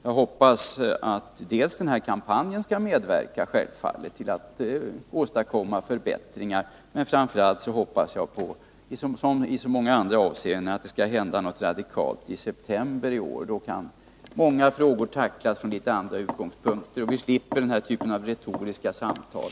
Jag hoppas självfallet att den aktuella kampanjen skall medverka till att åstadkomma förbättringar, men framför allt hoppas jag här som i så många andra avseenden på att det skall hända något radikalt i september i år. Då kan många frågor tacklas från litet andra utgångspunkter, och vi slipper den här typen av retoriska samtal.